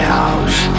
house